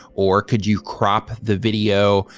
or could you crop the video?